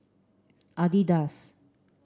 adidas